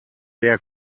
der